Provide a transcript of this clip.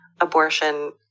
abortion